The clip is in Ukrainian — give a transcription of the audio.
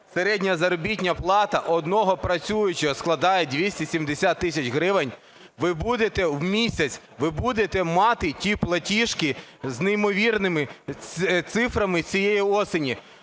середня заробітна плата одного працюючого складає 270 тисяч гривень, ви будете в місяць ви будете мати ті платіжки з неймовірними цифрами цієї осені.